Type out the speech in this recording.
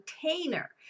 container